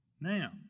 Now